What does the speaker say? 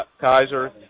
Kaiser